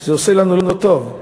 זה עושה לנו לא טוב,